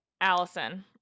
allison